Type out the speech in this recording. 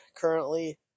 currently